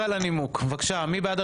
רוצה להדגיש את מה שנאמר בבוקר בוועדה,